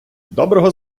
доброго